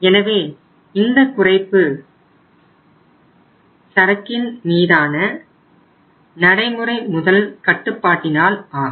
எனவே இந்த குறைப்பு சரக்கின் மீதான நடைமுறை முதல் கட்டுப்பாட்டினால் ஆகும்